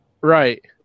Right